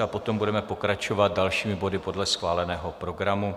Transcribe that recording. A potom budeme pokračovat dalšími body podle schváleného programu.